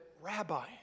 rabbi